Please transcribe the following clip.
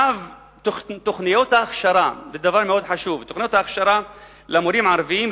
תוכניות ההכשרה למורים הערבים,